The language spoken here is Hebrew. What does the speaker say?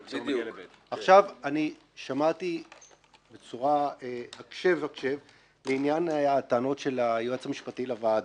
אני שמעתי הקשב-הקשב לעניין הטענות של היועץ המשפטי לוועדה.